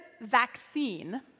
vaccine